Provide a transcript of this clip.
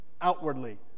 outwardly